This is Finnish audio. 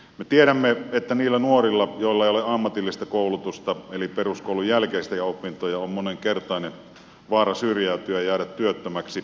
me tiedämme että niillä nuorilla joilla ei ole ammatillista koulutusta eli peruskoulun jälkeisiä opintoja on monenkertainen vaara syrjäytyä ja jäädä työttömäksi